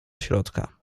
środka